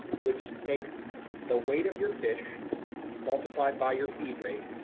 which takes the weight of your fish multiplied by your feed rate,